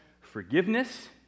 forgiveness